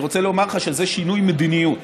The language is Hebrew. אני רוצה לומר לך שזה שינוי מדיניות.